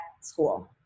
school